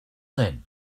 then